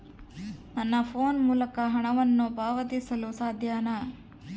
ನನ್ನ ಫೋನ್ ಮೂಲಕ ಹಣವನ್ನು ಪಾವತಿಸಲು ಸಾಧ್ಯನಾ?